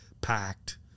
packed